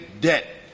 Debt